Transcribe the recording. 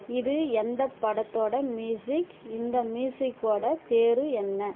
இது எந்தப் படத்தோடய மியூசிக் இந்த மியூசிக்கோட பேர் என்ன